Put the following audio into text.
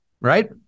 right